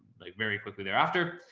like very quickly thereafter.